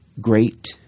great